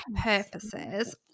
purposes